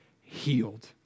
healed